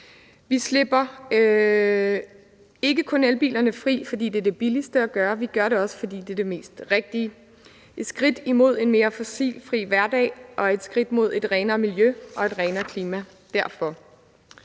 Vi slipper ikke kun elbilerne fri, fordi det er det billigste at gøre, vi gør det også, fordi det er det mest rigtige. Det er et skridt mod en mere fossilfri hverdag og et skridt mod et renere miljø og et renere klima. Derfor.